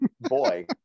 boy